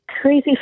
crazy